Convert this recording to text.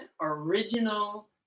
original